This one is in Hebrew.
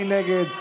מי נגד?